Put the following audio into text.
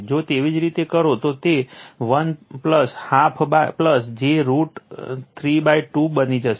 જો તેવી જ રીતે કરો તો તે 1 હાફ j રૂટ 32 બની જશે